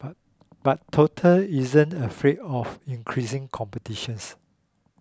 but total isn't afraid of increasing competitions